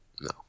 No